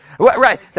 Right